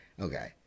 Okay